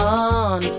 on